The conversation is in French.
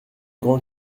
grand